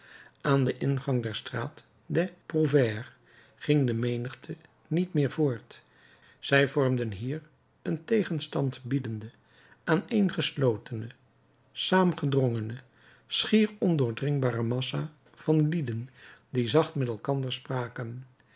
aan den ingang der straat des prouvaires ging de menigte niet meer voort zij vormde hier een tegenstand biedende aaneen geslotene saamgedrongene schier ondoordringbare massa van lieden die zacht met elkander spraken